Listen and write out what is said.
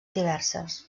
diverses